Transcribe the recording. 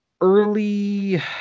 early